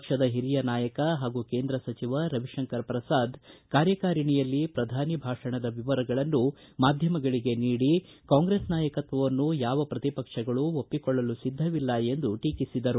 ಪಕ್ಷದ ಹಿರಿಯ ನಾಯಕ ಹಾಗೂ ಕೇಂದ್ರ ಸಚಿವ ರವಿಶಂಕರ್ ಪ್ರಸಾದ್ ಕಾರ್ಯಕಾರಿಣಿಯಲ್ಲಿ ಪ್ರಧಾನಿ ಭಾಷಣದ ವಿವರಗಳನ್ನು ಮಾಧ್ಯಮಗಳಿಗೆ ನೀಡಿ ಕಾಂಗ್ರೆಸ್ ನಾಯಕತ್ವವನ್ನು ಯಾವ ಪ್ರತಿಪಕ್ಷಗಳೂ ಒಪ್ಪಿಕೊಳ್ಳಲು ಸಿದ್ದವಿಲ್ಲ ಎಂದು ಟೀಕಿಸಿದರು